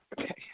Okay